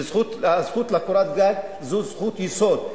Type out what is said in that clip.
וזכות לקורת גג היא זכות יסוד.